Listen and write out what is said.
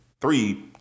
three